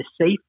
safe